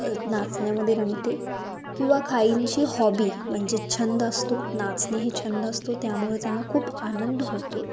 नाचण्यामध्ये रमते किंवा काहींची हॉबी म्हणजे छंद असतो नाचणे हे छंद असतो त्यामुळे त्यांना खूप आनंद होतो